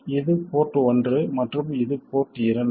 இது போர்ட் ஒன்று மற்றும் இது போர்ட் இரண்டு